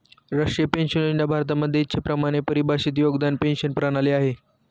राष्ट्रीय पेन्शन योजना भारतामध्ये इच्छेप्रमाणे परिभाषित योगदान पेंशन प्रणाली आहे